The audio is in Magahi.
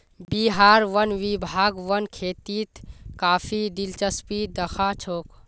बिहार वन विभाग वन खेतीत काफी दिलचस्पी दखा छोक